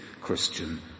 Christian